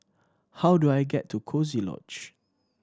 how do I get to Coziee Lodge